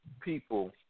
people